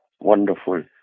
wonderful